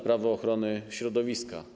Prawo ochrony środowiska.